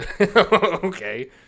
Okay